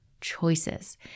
choices